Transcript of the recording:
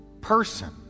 person